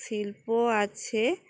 শিল্প আছে